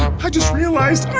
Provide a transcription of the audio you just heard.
i just realized